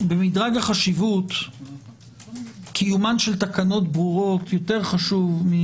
במדרג החשיבות קיומן של תקנות ברורות יותר חשוב.